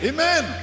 Amen